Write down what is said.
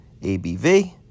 abv